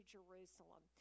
Jerusalem